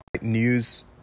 News